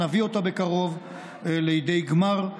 נביא אותה בקרוב לידי גמר,